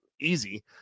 easy